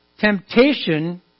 temptation